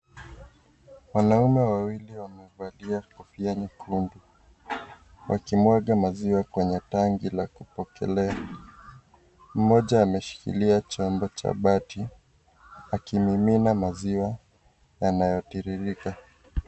Wanaume wawili wamevaliana kofia nyekundu. Wakimwaga maziwa kwenye tanki la kupokelea. Mmoja ameshikiria chombo cha bati, akimimina maziwa yanayotiririka.